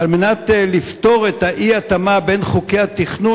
וכדי לפתור את האי-התאמה בין חוקי התכנון